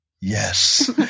yes